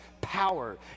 power